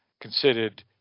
considered